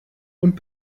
und